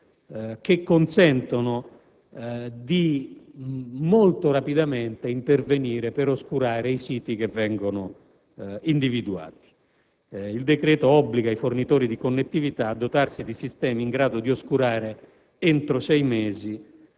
che consentono di intervenire molto rapidamente per oscurare i siti che vengono individuati. Il decreto obbliga i fornitori di connettività a dotarsi di sistemi in grado di oscurare entro sei ore